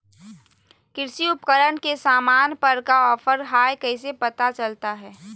कृषि उपकरण के सामान पर का ऑफर हाय कैसे पता चलता हय?